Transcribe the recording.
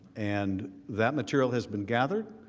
and that material has been gathered.